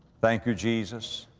thank you jesus,